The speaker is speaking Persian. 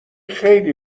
خیلی